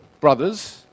brothers